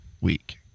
week